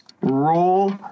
Roll